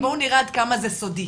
בואו נראה עד כמה זה סודי.